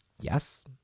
Yes